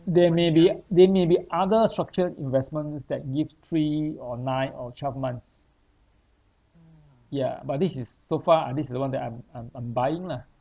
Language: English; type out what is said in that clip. there may be there may be other structured investments that give three or nine or twelve months ya but this is so far uh this is the one that I'm I'm I'm buying lah